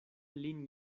lin